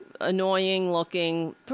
annoying-looking